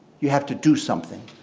you have to do something.